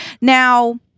Now